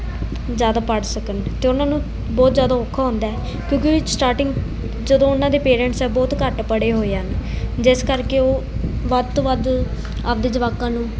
ਜ਼ਿਆਦਾ ਪੜ੍ਹ ਸਕਣ ਅਤੇ ਉਹਨਾਂ ਨੂੰ ਬਹੁਤ ਜ਼ਿਆਦਾ ਔਖਾ ਹੁੰਦਾ ਹੈ ਕਿਉਂਕਿ ਉਹ ਸਟਾਰਟਿੰਗ ਜਦੋਂ ਉਹਨਾਂ ਦੇ ਪੇਰੈਂਟਸ ਆ ਬਹੁਤ ਘੱਟ ਪੜ੍ਹੇ ਹੋਏ ਹਨ ਜਿਸ ਕਰਕੇ ਉਹ ਵੱਧ ਤੋਂ ਵੱਧ ਆਪਦੇ ਜਵਾਕਾਂ ਨੂੰ